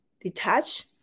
detach